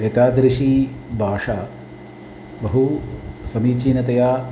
एतादृशी भाषा बहु समीचीनतया